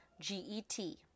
G-E-T